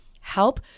help